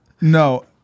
No